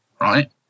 right